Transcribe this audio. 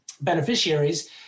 beneficiaries